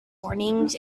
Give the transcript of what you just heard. warnings